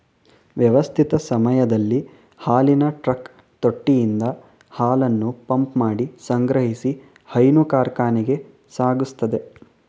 ವ್ಯವಸ್ಥಿತ ಸಮಯದಲ್ಲಿ ಹಾಲಿನ ಟ್ರಕ್ ತೊಟ್ಟಿಯಿಂದ ಹಾಲನ್ನು ಪಂಪ್ಮಾಡಿ ಸಂಗ್ರಹಿಸಿ ಹೈನು ಕಾರ್ಖಾನೆಗೆ ಸಾಗಿಸ್ತದೆ